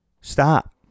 stop